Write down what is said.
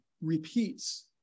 repeats